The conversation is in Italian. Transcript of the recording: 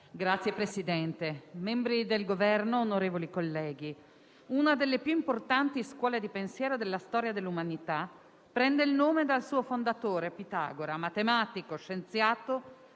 Signor Presidente, membri del Governo, onorevoli colleghi, una delle più importanti scuole di pensiero della storia dell'umanità prende il nome dal suo fondatore, Pitagora, matematico, scienziato,